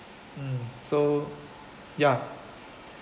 mm so ya